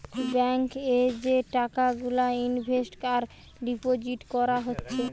bank এ যে টাকা গুলা ইনভেস্ট আর ডিপোজিট কোরা হচ্ছে